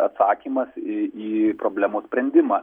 atsakymas į į problemos sprendimą